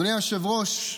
אדוני היושב-ראש,